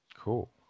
Cool